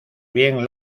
bien